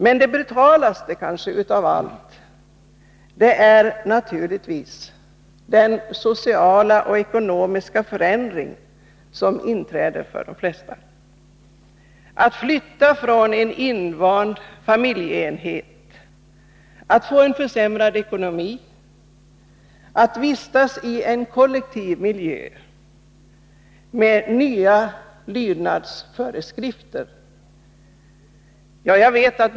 Men det brutalaste av allt är naturligtvis den sociala och ekonomiska förändring som de flesta upplever. Att flytta från en invand familjeenhet, att få en försämrad ekonomi, att vistas i en kollektiv miljö med nya lydnadsföreskrifter.